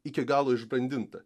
iki galo išbrandinta